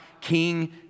King